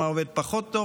מה עובד פחות טוב,